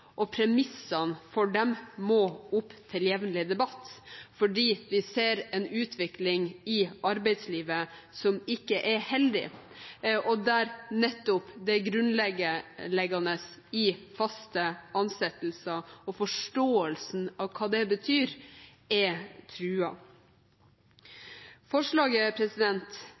og premissene for dem – må opp til jevnlig debatt fordi vi ser en utvikling i arbeidslivet som ikke er heldig, og der nettopp det grunnleggende i faste ansettelser og forståelsen av hva det betyr, er truet. Forslaget